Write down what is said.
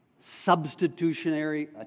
substitutionary